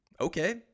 Okay